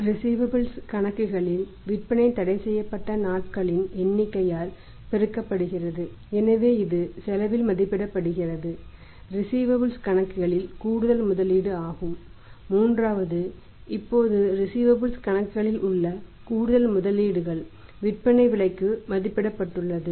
receivables கணக்குகளில் உள்ள கூடுதல் முதலீடுகள் விற்பனை விலைக்கு மதிப்பிடப்பட்டுள்ளது